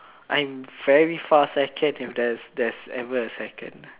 I'm very far second even if there's there's ever a second